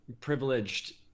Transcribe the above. privileged